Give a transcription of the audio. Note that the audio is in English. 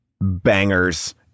bangers